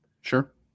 sure